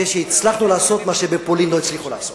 הצלחנו לעשות מה שבפולין לא הצליחו לעשות.